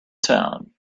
town